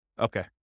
Okay